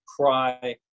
cry